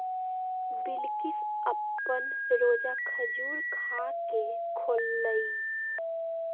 बिलकिश अप्पन रोजा खजूर खा के खोललई